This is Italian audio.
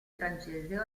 francese